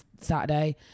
saturday